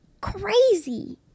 crazy